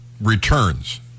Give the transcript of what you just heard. returns